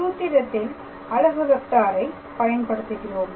சூத்திரத்தில் அலகு வெக்டாரை பயன்படுத்துகிறோம்